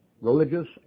religious